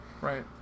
right